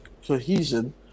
cohesion